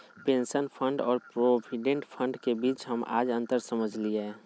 pension fund और provident fund के बीच हम आज अंतर समझलियै